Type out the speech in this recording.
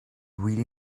really